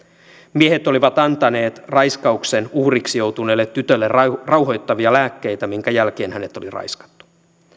miehet olivat antaneet raiskauksen uhriksi joutuneelle tytölle rauhoittavia lääkkeitä minkä jälkeen hänet oli raiskattu